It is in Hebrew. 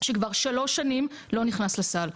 שכבר כשלוש שנים לא נכנס לסל,